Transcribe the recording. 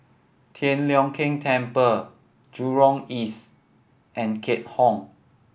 Tian Leong Keng Temple Jurong East and Keat Hong